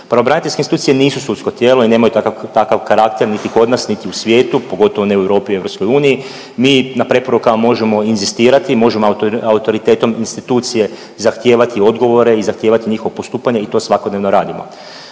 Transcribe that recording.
Pravobraniteljske institucije nisu sudsko tijelo i nemaju takav karakter niti kod nas niti u svijetu, pogotovo ne u Europu i EU. Mi na preporukama možemo inzistirati, možemo autoritetom institucije zahtijevati odgovore i zahtijevati njihovo postupanje i to svakodnevno radimo.